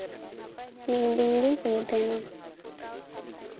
ᱢᱤᱫ ᱫᱤᱱ ᱜᱮ ᱦᱩᱭᱩᱜ ᱛᱟᱦᱮᱸᱱᱟ